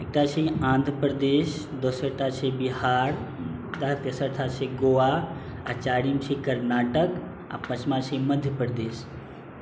एकटा छै आन्ध्र प्रदेश दोसरटा छै बिहार तेसरटा छै गोवा आ चारिम छै कर्णाटक आओर पचमा छै मध्य प्रदेश